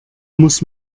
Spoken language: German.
muss